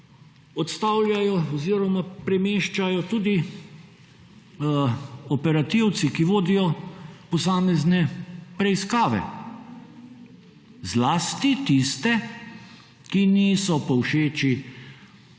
odstavljajo oziroma premeščajo tudi operativci, ki vodijo posamezne preiskave, zlasti tiste, ki niso po všeč